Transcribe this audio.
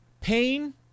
Pain